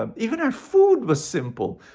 um even our food was simple!